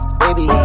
baby